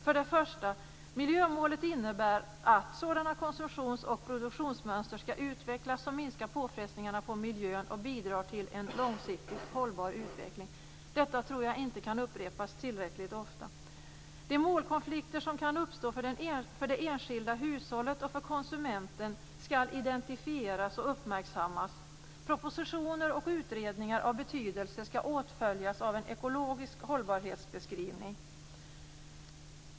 För det första innebär miljömålet att sådana konsumtions och produktionsmönster som minskar påfrestningarna på miljön och bidrar till en långsiktigt hållbar utveckling skall utvecklas. Detta tror jag inte kan upprepas tillräckligt ofta. De målkonflikter som kan uppstå för det enskilda hushållet och för konsumenten skall identifieras och uppmärksammas. Propositioner och utredningar av betydelse skall åtföljas av en ekologisk hållbarhetsbeskrivning.